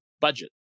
budget